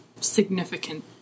significant